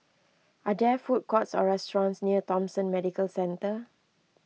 are there food courts or restaurants near Thomson Medical Centre